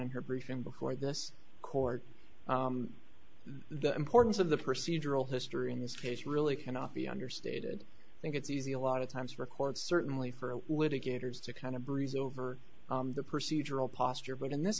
in her briefing before this court the importance of the procedural history in this case really cannot be understated i think it's easy a lot of times required certainly for a litigators to kind of breeze over the procedural posture but in this